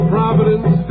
Providence